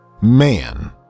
man